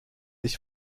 ich